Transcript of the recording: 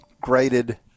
graded